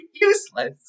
useless